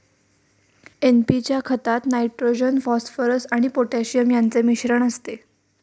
NP च्या खतात nitrogen, phosphorus आणि पोटॅशियम यांचे मिश्रण असते